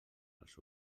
els